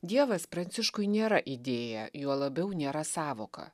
dievas pranciškui nėra idėja juo labiau nėra sąvoka